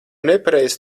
nepareizi